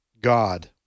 God